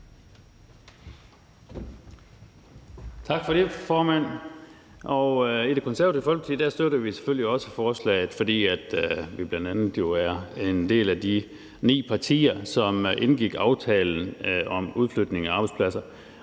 Tak for det, formand. I Det Konservative Folkeparti støtter vi selvfølgelig også forslaget, fordi vi bl.a. jo er et af de ni partier, som indgik aftalen om udflytning af arbejdspladser.